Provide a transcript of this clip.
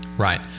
right